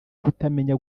kutamenya